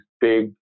big